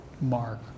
Mark